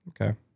Okay